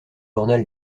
journal